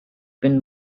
been